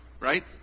right